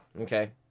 Okay